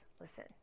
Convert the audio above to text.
Listen